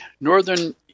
Northern